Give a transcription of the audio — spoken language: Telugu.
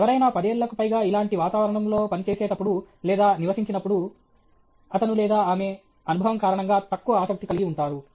ఎవరైనా పదేళ్ళకు పైగా ఇలాంటి వాతావరణంలో పనిచేసినప్పుడు లేదా నివసించినప్పుడు అతను లేదా ఆమె అనుభవం కారణంగా తక్కువ ఆసక్తి కలిగి ఉంటారు